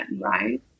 right